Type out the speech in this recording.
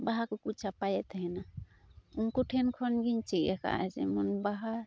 ᱵᱟᱦᱟ ᱠᱚ ᱠᱚ ᱪᱷᱟᱯᱟᱭᱮᱫ ᱛᱟᱦᱮᱱᱟ ᱩᱱᱠᱩ ᱴᱷᱮᱱ ᱠᱷᱚᱱ ᱜᱮᱧ ᱪᱤᱫ ᱟᱠᱟᱜᱼᱟ ᱡᱮᱢᱚᱱ ᱵᱟᱦᱟ